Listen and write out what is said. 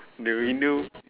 the window